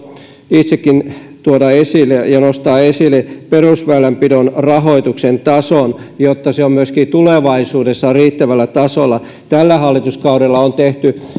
itsekin tuoda esille ja nostaa esille perusväylänpidon rahoituksen tason jotta se on myöskin tulevaisuudessa riittävällä tasolla tällä hallituskaudella on tehty